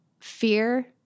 fear